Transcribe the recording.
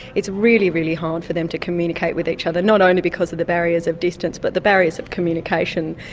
it's really, really hard for them to communicate with each other, not only because of the barriers of distance, but the barriers of communication,